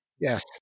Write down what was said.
Yes